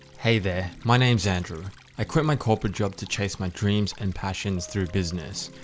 hey there, my name's andrew. i quit my corporate job to chase my dreams and passions through business.